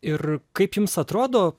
ir kaip jums atrodo